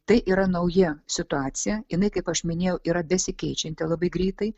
tai yra nauja situacija jinai kaip aš minėjau yra besikeičianti labai greitai